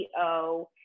CEO